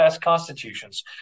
constitutions